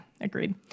agreed